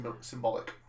symbolic